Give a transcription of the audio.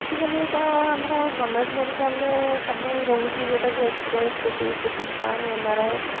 ଆଜିକାଲି ତ ଆମର ଗଭର୍ନମେଣ୍ଟ ମେଡ଼ିକାଲରେ ସବୁ ରହୁଛି ଯେଉଁଟା କି x-ray C T scan M R I